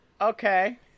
Okay